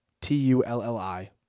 T-U-L-L-I